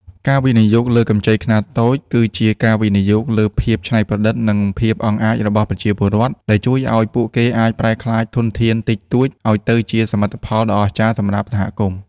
ការវិនិយោគលើកម្ចីខ្នាតតូច គឺជាការវិនិយោគលើភាពច្នៃប្រឌិត និងភាពអង់អាចរបស់ប្រជាពលរដ្ឋ ដែលជួយឱ្យពួកគេអាចប្រែក្លាយធនធានតិចតួចឱ្យទៅជាសមិទ្ធផលដ៏អស្ចារ្យសម្រាប់សហគមន៍។